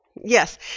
Yes